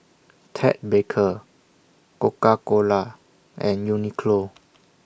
Ted Baker Coca Cola and Uniqlo